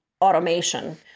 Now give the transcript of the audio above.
automation